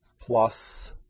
plus